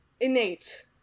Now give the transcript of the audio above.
innate